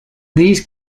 these